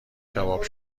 کباب